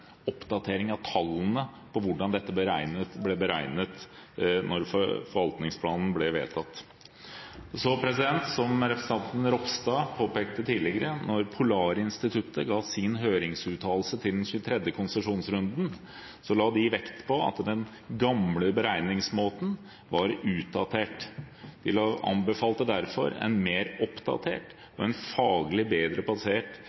oppdatering av tallene på hvordan dette ble beregnet da forvaltningsplanen ble vedtatt. Som representanten Ropstad påpekte tidligere, la Polarinstituttet, da de ga sin høringsuttalelse til den 23. konsesjonsrunden, vekt på at den gamle beregningsmåten var utdatert. De anbefalte derfor en mer oppdatert og bedre faglig